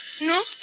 No